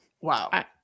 Wow